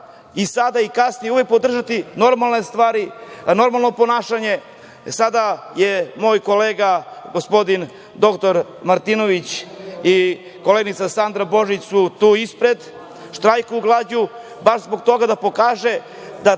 i sada i kasnije uvek podržati normalne stvari, normalno ponašanje. Sada su moj kolega gospodin dr Martinović i koleginica Sandra Božić tu ispred, štrajkuju glađu baš zbog toga da pokažu